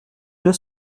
deux